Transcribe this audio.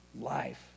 life